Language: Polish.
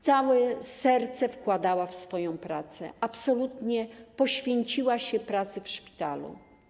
Całe serce wkładała w pracę, absolutnie poświęciła się pracy w szpitalu.